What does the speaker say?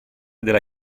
della